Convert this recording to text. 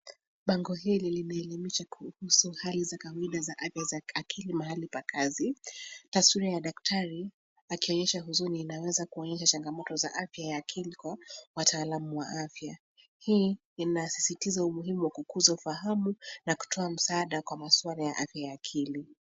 Bango hili limeelimisha kuhusu hali za kawaida za afya za akili mahali pa kazi. Taswira ya daktari akionyesha huzini inaweza kuonyesha changamoto za afya ya akili kwa wataalam wa afya. Hii inasisitiza umuhimu wa kukuza ufahamu na kutoa msaada kwa masuala ya afya ya akili.